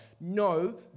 No